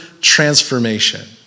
transformation